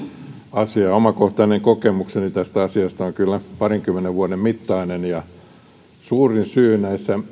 asiaa omakohtainen kokemukseni tästä asiasta on kyllä parinkymmenen vuoden mittainen suurin syy